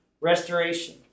restoration